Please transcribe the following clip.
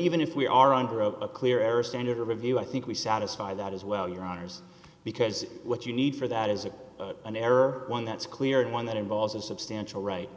even if we are under a clear era standard or review i think we satisfy that as well your honour's because what you need for that is it an error one that's clear and one that involves a substantial right